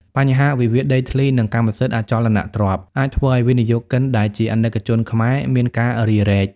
បញ្ហាវិវាទដីធ្លី និងកម្មសិទ្ធិអចលនទ្រព្យ អាចធ្វើឱ្យវិនិយោគិន ដែលជាអាណិកជនខ្មែរ មានការរារែក។